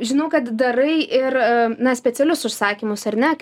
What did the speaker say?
žinau kad darai ir na specialius užsakymus ar ne